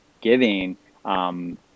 giving